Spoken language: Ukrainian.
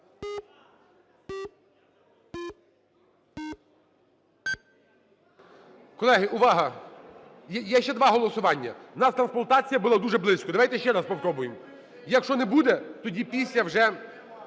Колеги, увага! Є ще два голосування. У нас "трансплантація" була дуже близько, давайте ще раз попробуємо. Якщо не буде, тоді після вже…